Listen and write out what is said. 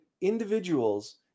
individuals